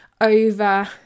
over